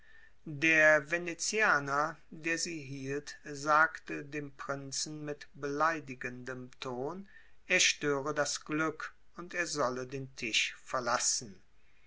der venezianer der sie hielt sagte dem prinzen mit beleidigendem ton er störe das glück und er solle den tisch verlassen